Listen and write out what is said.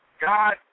God